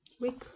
week